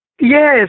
yes